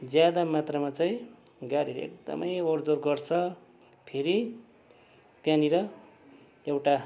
ज्यादा मात्रामा चाहिँ गाडीहरू एकदमै ओहोरदोहोर गर्छ फेरि त्यहाँनिर एउटा